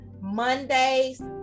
monday's